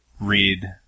read